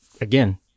again